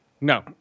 No